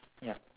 ya